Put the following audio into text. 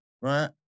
right